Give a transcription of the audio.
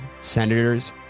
senators